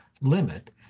limit